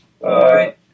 Bye